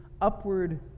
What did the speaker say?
upward